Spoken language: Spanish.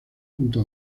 junto